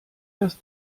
das